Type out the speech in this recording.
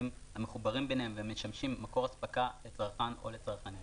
המחוברים ביניהם ומשמשים מקור אספקה לצרכן או לצרכנים.